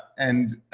and.